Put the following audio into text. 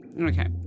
Okay